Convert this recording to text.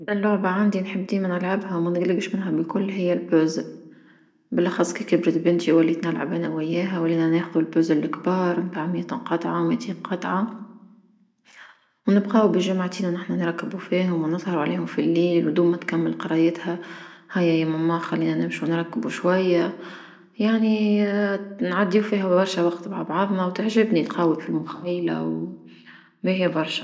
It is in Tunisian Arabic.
أحسن لعبة عندي نحب ديما نلعبها ما نقلقش منها بكل هيا البوز، بالأخص كي كيرت بنتي وليت نلعب انا ويها ولينا ناخذ البوز لكبار متاع مئة قطعة مئتين قطعة، ونبقاو بجمعتين وحنا نركبو فيهم ونسهر فيهم في الليل تكمل قريتها هيا يا ماما خلي نمشو نلعبو شوية يعني نعديو فيها برشا وقت مع بعضنا وتعجبني تقوي في المخيلة باهية برشا.